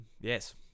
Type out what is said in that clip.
yes